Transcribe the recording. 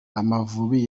amavubi